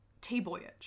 T-Boyage